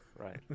Right